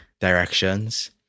directions